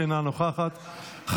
אינה נוכחת,